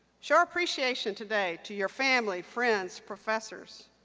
show appreciation today to your family, friends, professors,